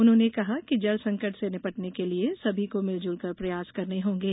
उन्होंने कहा कि जल संकट से निपटने के लिये सभी को मिलजुलकर प्रयास करने होंगे